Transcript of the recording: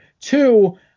Two